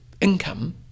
income